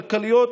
כלכליות,